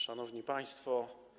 Szanowni Państwo!